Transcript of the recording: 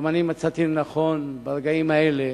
גם אני מצאתי לנכון ברגעים האלה,